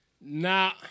Nah